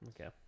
Okay